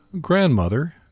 grandmother